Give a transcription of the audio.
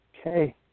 okay